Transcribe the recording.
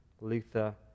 Luther